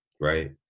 right